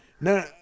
No